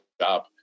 job